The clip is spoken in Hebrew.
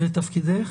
ותפקידך?